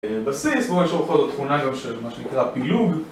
בסיס, פה יש עוד איזושהי תכונה של מה שנקרא פילוג